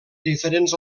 diferents